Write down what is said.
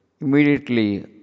immediately